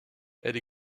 elle